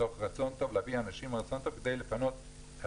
מתוך רצון טוב להביא אנשים עם רצון טוב כדי לפנות אשפה,